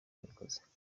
yabikoze